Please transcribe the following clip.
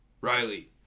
Riley